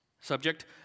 subject